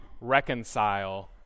reconcile